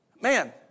man